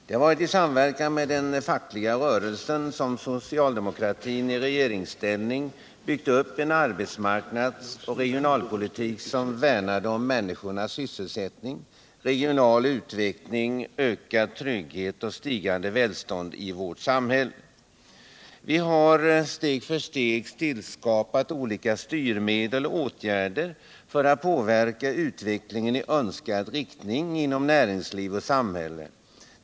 Det har varit i samverkan med den fackliga rörelsen som socialdemokratin i regeringsställning byggt upp en arbetsmarknadsoch regionalpolitik som värnade om människors sysselsättning, regional utveckling, ökad trygghet och stigande välstånd i vårt samhälle. Vi har steg för steg tillskapat olika styrmedel och åtgärder för att påverka utvecklingen i önskad riktning inom näringsliv och samhälle.